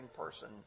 person